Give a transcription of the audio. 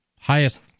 highest